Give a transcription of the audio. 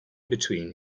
between